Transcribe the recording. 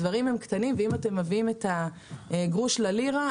הדברים הם קטנים ואם אתם מביאים את הגרוש ללירה,